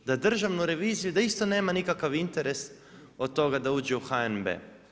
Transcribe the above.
Da Državnu reviziju da isto nema nikakav interes od toga da uđe u HNB.